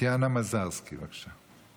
טטיאנה מזרסקי, בבקשה.